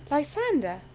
Lysander